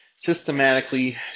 systematically